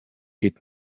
geht